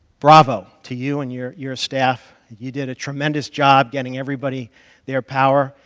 bravo to you and your your staff. you did a tremendous job getting everybody their power,